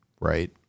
right